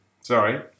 Sorry